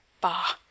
bah